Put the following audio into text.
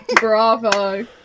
Bravo